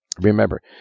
Remember